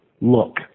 look